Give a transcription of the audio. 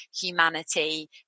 humanity